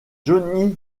johnny